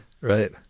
Right